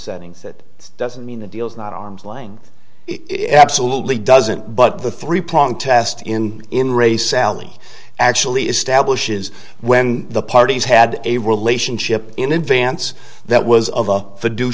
settings that it doesn't mean a deal's not an arm's length it absolutely doesn't but the three prong test in in re sally actually establishes when the parties had a relationship in advance that was of the do